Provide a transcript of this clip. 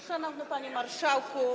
Szanowny Panie Marszałku!